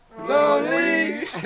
Lonely